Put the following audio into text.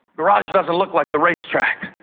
garage doesn't look like the racetrack,